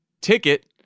ticket